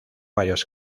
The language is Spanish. varios